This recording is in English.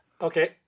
Okay